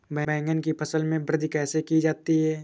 बैंगन की फसल में वृद्धि कैसे की जाती है?